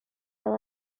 fel